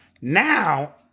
Now